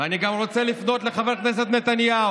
ואני גם רוצה לפנות גם לחבר הכנסת נתניהו,